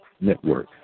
Network